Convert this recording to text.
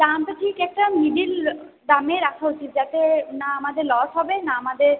দামটা ঠিক একটা মিড্ল দামে রাখা উচিত যাতে না আমাদের লস হবে না আমাদের